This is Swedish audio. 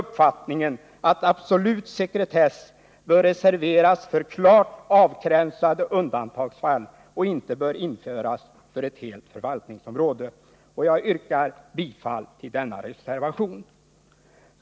uppfattningen att absolut sekretess bör reserveras för klart avgränsade undantagsfall och inte införas för ett helt förvaltningsområde. Jag yrkar bifall till denna reservation.